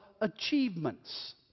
achievements